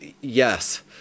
Yes